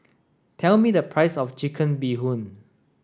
tell me the price of chicken bee hoon